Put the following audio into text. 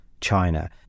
China